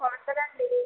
కొలతలండి